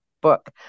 book